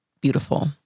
beautiful